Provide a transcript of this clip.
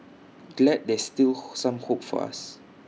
glad there's still some hope for us